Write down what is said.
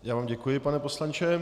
Já vám děkuji, pane poslanče.